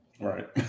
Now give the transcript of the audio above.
right